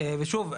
ושוב,